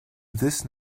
this